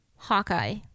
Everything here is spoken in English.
Hawkeye